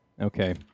Okay